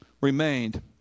remained